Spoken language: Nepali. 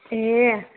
ए